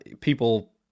People